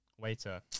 waiter